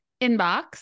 inbox